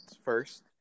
first